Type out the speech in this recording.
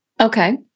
Okay